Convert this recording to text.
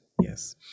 Yes